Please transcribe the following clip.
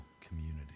community